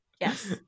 Yes